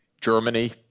Germany